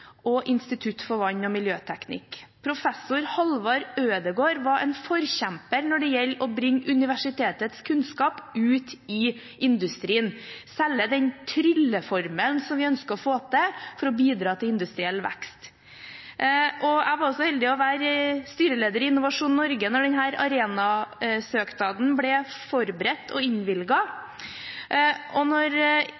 Professor Hallvard Ødegaard har vært en forkjemper når det gjelder å bringe universitetets kunnskap ut til industrien – selge den trylleformelen som man ønsker å få til for å bidra til industriell vekst. Jeg var så heldig å være styreleder i Innovasjon Norge da denne Arena-søknaden ble forberedt og innvilget. Når